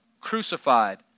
crucified